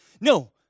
No